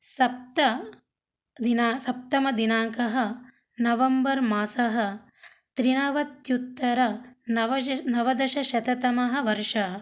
सप्तमः दिन सप्तमदिनाङ्कः नवम्बर् मासः त्रिनवत्युत्तरनवदश नवदशशततमः वर्षः